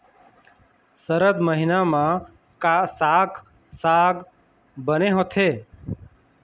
सरद महीना म का साक साग बने होथे?